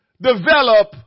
develop